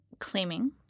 claiming